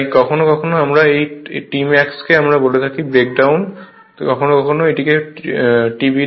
তাই কখনও কখনও আমরা এই Tmax কে আমরা বলি ব্রেক ডাউন কখনও কখনও আমরা এটিকে বলি TBD